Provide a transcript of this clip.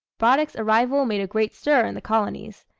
braddock's arrival made a great stir in the colonies.